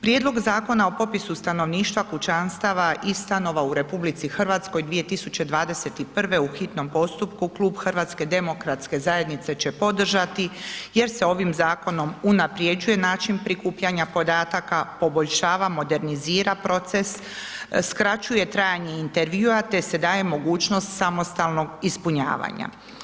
Prijedlog zakona o popisu stanovništva, kućanstava i stanova u RH 2021. u hitnom postupku klub HDZ-a će podržati jer se ovim zakonom unaprjeđuje način prikupljanja podataka, poboljšava, modernizira proces, skraćuje trajanje intervjua te se daje mogućnost samostalnog ispunjavanja.